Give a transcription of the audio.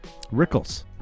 Rickles